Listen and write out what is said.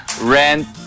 Rent